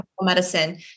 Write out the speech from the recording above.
medicine